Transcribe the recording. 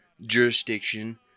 jurisdiction